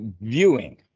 viewing